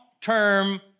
term